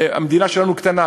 המדינה שלנו קטנה,